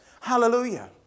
Hallelujah